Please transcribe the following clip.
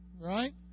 right